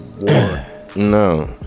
No